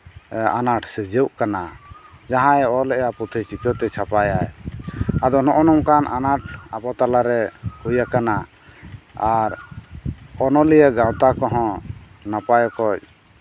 ᱟᱱᱟᱴ ᱥᱤᱨᱡᱟᱹᱣᱚᱜ ᱠᱟᱱᱟ ᱡᱟᱦᱟᱸᱭ ᱚᱞᱮᱫᱼᱟᱭ ᱯᱩᱛᱷᱤ ᱪᱤᱠᱟᱹᱛᱮᱭ ᱪᱷᱟᱯᱟᱭᱟᱭ ᱟᱫᱚ ᱱᱚᱜᱼᱚ ᱱᱚᱝᱠᱟᱱ ᱟᱱᱟᱴ ᱟᱵᱚ ᱛᱟᱞᱟᱨᱮ ᱦᱩᱭᱟᱠᱟᱱᱟ ᱟᱨ ᱚᱱᱚᱞᱤᱭᱟᱹ ᱜᱟᱶᱛᱟ ᱠᱚᱦᱚᱸ ᱱᱟᱯᱟᱭ ᱚᱠᱚᱡᱽ